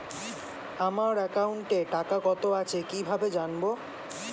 আমার একাউন্টে টাকা কত আছে কি ভাবে জানবো?